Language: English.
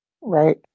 right